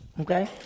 okay